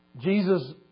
Jesus